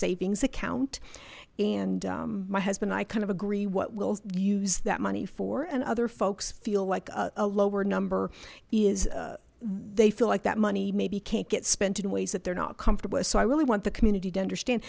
savings account and my husband i kind of agree what we'll use that money for and other folks feel like a lower number is they feel like that money maybe can't get spent in ways that they're not comfortable with so i really want the community to understand